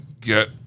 get